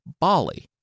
Bali